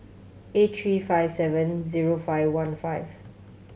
eight three five seven zero five one five